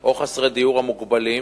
או חסרי דיור מוגבלים